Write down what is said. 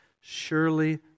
Surely